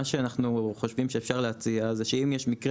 מה שאנחנו חושבים שאפשר להציע הוא שאם יש מקרה